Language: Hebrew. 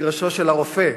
אינם תקפים במגרשו של הרופא,